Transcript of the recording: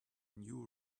new